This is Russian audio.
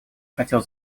хотел